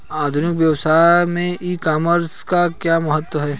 आधुनिक व्यवसाय में ई कॉमर्स का क्या महत्व है?